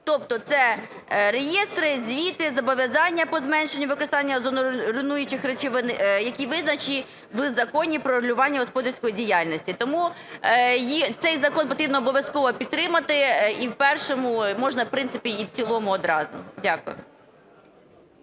Тобто це реєстри, звіти, зобов'язання по зменшенню використання озоноруйнуючих речовин, які визначені в Законі про регулювання господарської діяльності. Тому цей закон потрібно обов'язково підтримати і в першому, можна, в принципі, і в цілому одразу. Дякую.